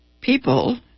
people